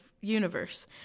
universe